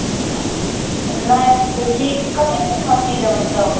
नहि तऽ ठीक कते दिनमे सी देबै तब